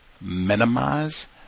minimize